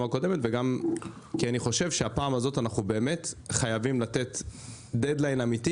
הקודמת כי הפעם אנחנו חייבים לתת דד-ליין אמיתי